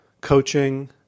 coaching